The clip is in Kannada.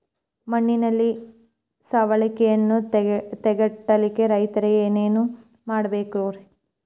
ಮಣ್ಣಿನ ಸವಕಳಿಯನ್ನ ತಡೆಗಟ್ಟಲಿಕ್ಕೆ ರೈತರು ಏನೇನು ಮಾಡಬೇಕರಿ?